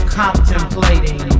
contemplating